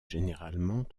généralement